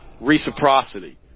reciprocity